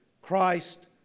Christ